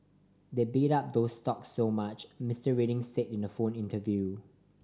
they bid up these stocks so much Mister Reading said in a phone interview